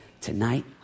Tonight